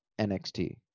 NXT